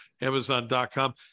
amazon.com